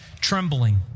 trembling